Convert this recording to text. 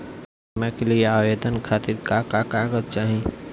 बीमा के लिए आवेदन खातिर का का कागज चाहि?